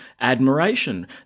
admiration